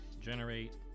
generate